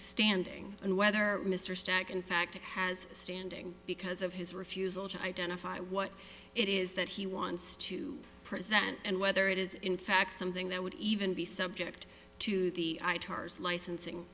standing and whether mr stack in fact has standing because of his refusal to identify what it is that he wants to present and whether it is in fact something that would even be subject to the tars licensing